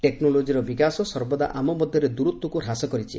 ଟେକ୍ନୋଲୋଜିର ବିକାଶ ସର୍ବଦା ଆମ ମଧ୍ୟରେ ଦୂରତାକୁ ହ୍ରାସ କରିଛି